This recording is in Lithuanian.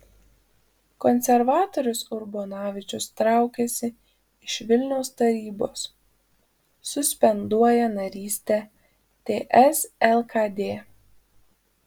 konservatorius urbonavičius traukiasi iš vilniaus tarybos suspenduoja narystę ts lkd